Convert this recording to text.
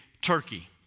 Turkey